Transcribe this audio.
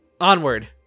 Onward